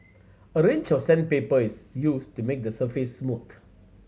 a range of sandpaper is used to make the surface smooth